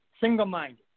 Single-minded